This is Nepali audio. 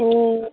ए